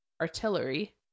artillery